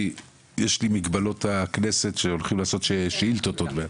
כי יש לי מגבלות הכנסת שהולכים לעשות שאילתות עוד מעט.